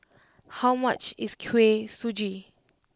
how much is Kuih Suji